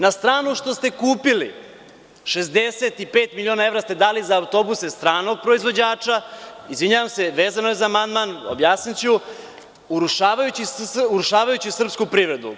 Na stranu to što ste dali 65 miliona evra za autobuse stranog preduzeća, izvinjavam se, vezano je za amandman, objasniću, urušavajući srpsku privredu.